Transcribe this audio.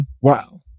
Wow